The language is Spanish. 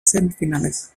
semifinales